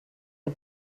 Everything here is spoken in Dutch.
een